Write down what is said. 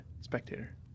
spectator